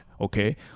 Okay